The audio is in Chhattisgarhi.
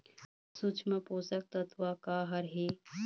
सूक्ष्म पोषक तत्व का हर हे?